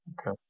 Okay